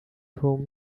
whom